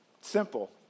Simple